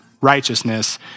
righteousness